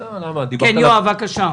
בבקשה.